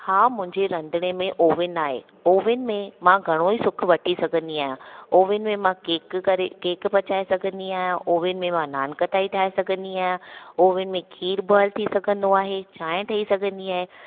हा मुंहिंजे रंधिणे में ओवेन आहे ओवेन में मां घणो ई सुख वठी सघंदी आहियां ओवेन में मां केक करे केक पचाए सघंदी आहियां ओवेन में मा नान कताई ठाहे सघंदी आहियां ओवेन में खीर बॉयल थी सघंदो आहे चांहि ठई सघंदी आहे